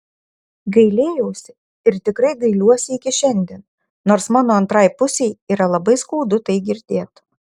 gailėjausi ir tikrai gailiuosi iki šiandien nors mano antrai pusei yra labai skaudu tai girdėt